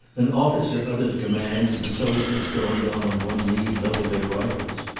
an officer uttered a command and the soldiers, going down on one knee, levelled their rifles.